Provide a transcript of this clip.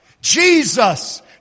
Jesus